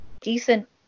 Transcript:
decent